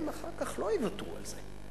הם אחר כך לא יוותרו על זה.